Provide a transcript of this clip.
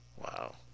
Wow